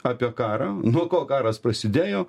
apie karą nuo ko karas prasidėjo